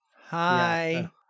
Hi